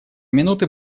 минуты